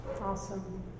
Awesome